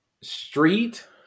street